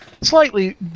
slightly